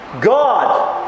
God